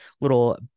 little